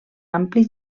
ampli